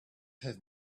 have